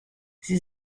sie